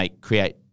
create